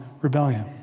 rebellion